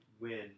win